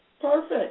Perfect